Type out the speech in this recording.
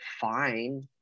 fine